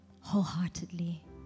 wholeheartedly